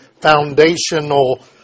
foundational